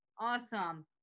awesome